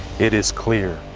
it is clear.